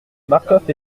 marcof